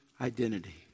identity